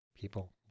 people